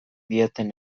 dieten